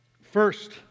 first